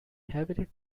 heavily